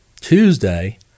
Tuesday